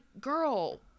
girl